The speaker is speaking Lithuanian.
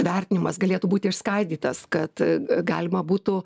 vertinimas galėtų būti išskaidytas kad galima būtų